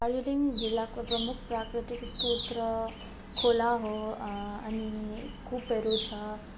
दार्जिलिङ जिल्लाको प्रमुख प्राकृतिक स्रोत त खोला हो अनि कुपहरू छ